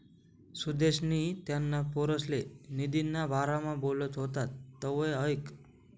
सुदेशनी त्याना पोरसले निधीना बारामा बोलत व्हतात तवंय ऐकं